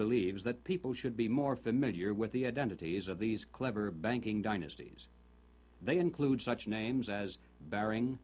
believes that people should be more familiar with the identities of these clever banking dynasties they include such names as bearing